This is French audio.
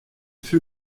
fut